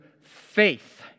faith